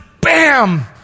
bam